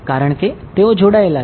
કારણ કે તેઓ જોડાયેલા છે